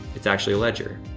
it's actually a ledger.